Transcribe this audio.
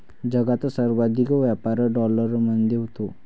जगात सर्वाधिक व्यापार डॉलरमध्ये होतो